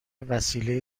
وسیله